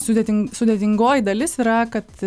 sudėtingoji dalis yra kad